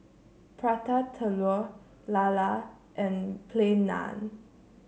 Prata Telur lala and Plain Naan